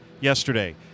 yesterday